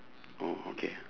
oh okay ah